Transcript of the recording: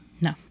No